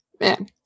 man